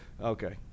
Okay